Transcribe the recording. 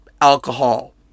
alcohol